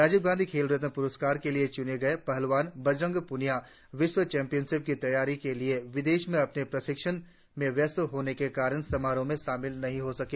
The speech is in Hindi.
राजीव गांधी खेल रत्न पुरस्कार के लिए चूने गए पहलवान बजरंग पुनिया विश्व चैंपियनशिप की तैयारी के लिए विदेश में अपने प्रशिक्षण में व्यस्त होने के कारण समारोह में शामिल नहीं हों सके